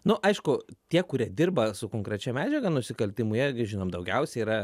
nu aišku tie kurie dirba su konkrečia medžiaga nusikaltimų jie žinom daugiausiai yra